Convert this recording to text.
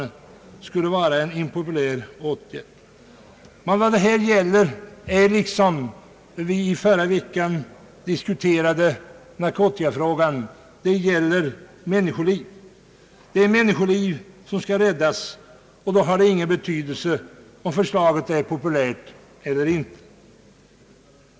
Här gäller det emellertid människoliv, liksom det gjorde när vi förra veckan diskuterade narkotikafrågan. Det är människoliv som skall räddas, och då har det ingen betydelse om förslaget är populärt eller inte.